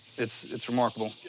it's it's remarkable.